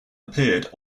appeared